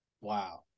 Wow